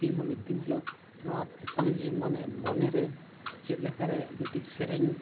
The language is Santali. ᱤᱧ ᱦᱚᱸ ᱢᱤᱫ ᱫᱤᱱ ᱦᱤᱞᱳᱜ ᱱᱚᱣᱟ ᱛᱮᱛᱟᱝ ᱡᱤᱣᱤ ᱢᱟᱱᱮ ᱢᱚᱱᱮ ᱨᱮ ᱪᱮᱫ ᱞᱮᱠᱟ ᱨᱮ ᱢᱤᱫᱴᱮᱡ ᱥᱮᱨᱮᱧ